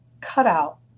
cutout